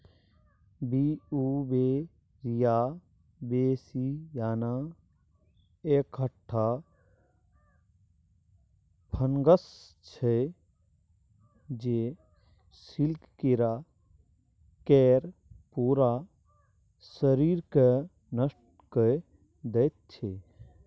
Beauveria bassiana एकटा fungus छै जे सिल्क कीरा केर पुरा शरीरकेँ नष्ट कए दैत छै